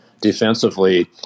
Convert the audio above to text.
defensively